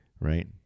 Right